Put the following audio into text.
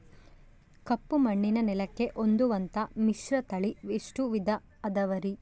ಕಪ್ಪುಮಣ್ಣಿನ ನೆಲಕ್ಕೆ ಹೊಂದುವಂಥ ಮಿಶ್ರತಳಿ ಎಷ್ಟು ವಿಧ ಅದವರಿ?